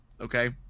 okay